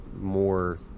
more